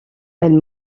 elle